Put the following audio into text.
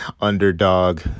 underdog